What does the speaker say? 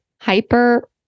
Hyper